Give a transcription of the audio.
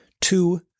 two